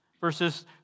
verses